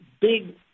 big